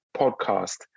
podcast